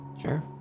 Sure